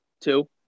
Two